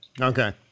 Okay